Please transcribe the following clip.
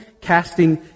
casting